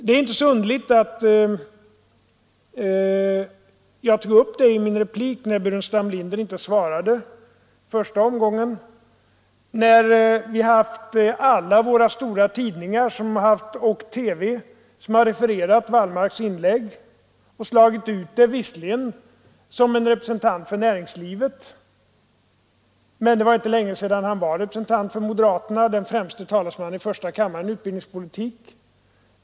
Det är inte så underligt att jag tog upp den saken i min replik, när herr Burenstam Linder inte svarade i första omgången. Alla våra stora tidningar och TV har ju refererat herr Wallmarks inlägg och slagit upp det stort. Visserligen har det anförts att han är representant för näringslivet. Men det var inte länge sedan han var representant för moderaterna — deras främste talesman i första kammaren i utbildningspolitik.